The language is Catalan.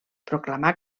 proclamà